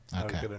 Okay